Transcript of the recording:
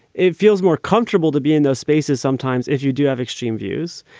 it feels more comfortable to be in those spaces sometimes if you do have extreme views.